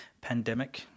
pandemic